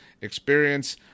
experience